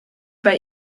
bei